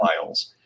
files